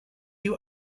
you